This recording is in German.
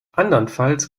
andernfalls